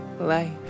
life